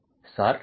மாணவர் சார்